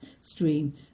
stream